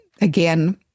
again